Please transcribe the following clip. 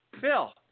Phil